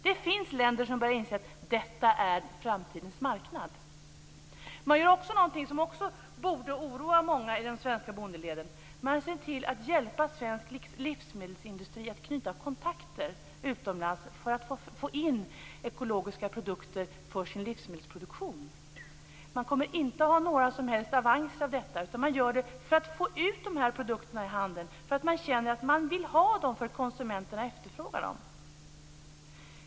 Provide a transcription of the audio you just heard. Det finns länder som börjar inse att detta är framtidens marknad. Man gör också något som borde oroa många i de svenska bondeleden. Man hjälper svensk livsmedelsindustri att knyta kontakter utomlands för att få in ekologiska produkter för sin livsmedelsproduktion. Man kommer inte att ha några som helst avanser av detta, utan man gör det för att få ut de här produkterna i handeln. Man vill ha dem eftersom konsumenterna efterfrågar dem.